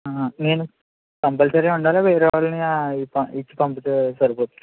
నేను కంపల్సరీ ఉండాలా వేరే వాళ్ళని ఇచ్చి పంపితే సరిపోతుందా